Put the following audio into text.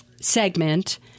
segment